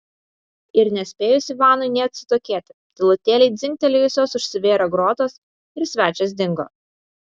ir nespėjus ivanui nė atsitokėti tylutėliai dzingtelėjusios užsivėrė grotos ir svečias dingo